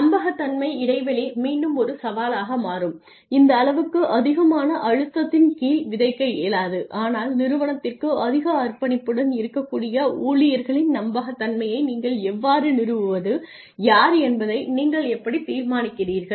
நம்பகத்தன்மை இடைவெளி மீண்டும் ஒரு சவாலாக மாறும் இந்த அளவுக்கு அதிகமான அழுத்தத்தின் கீழ் விதைக்க இயலாது ஆனால் நிறுவனத்திற்கு அதிக அர்ப்பணிப்புடன் இருக்கக்கூடிய ஊழியர்களின் நம்பகத்தன்மையை நீங்கள் எவ்வாறு நிறுவுவது யார் என்பதை நீங்கள் எப்படித் தீர்மானிக்கிறீர்கள்